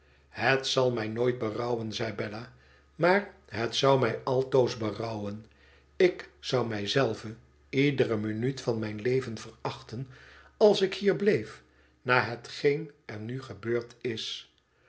het zal mij nooit berouwen zei bella i maar het zou mij altoos berouwen ik zou mij zelve iedere minuut van mijn leven verachten als ik hier bleef na hetgeen er nu gebeurd is